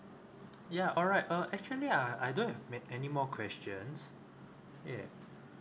ya alright uh actually I I don't have ma~ any more questions yeah